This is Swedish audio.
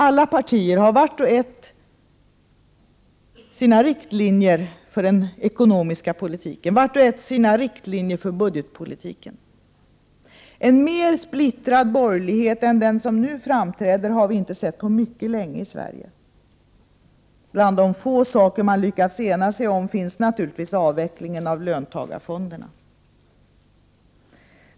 Alla partier har vart och ett sina riktlinjer för den ekonomiska politiken, vart och ett sina riktlinjer för budgetpolitiken. En mer splittrad borgerlighet än den som nu framträder har vi inte sett på mycket länge i Sverige. Bland de få saker man lyckats ena sig om finns naturligtvis avvecklingen av löntagarfonderna.